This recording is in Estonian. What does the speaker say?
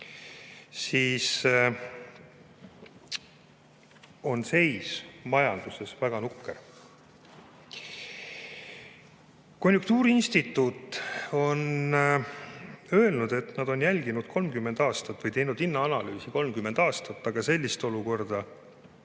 siis on seis majanduses väga nukker. Konjunktuuriinstituut on öelnud, et nad on [olukorda] jälginud 30 aastat ja teinud ka hinnaanalüüsi 30 aastat, aga sellist olukorda